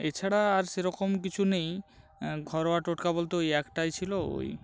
এছাড়া আর সেরকম কিছু নেই ঘরোয়া টোটকা বলতে ওই একটাই ছিলো ওই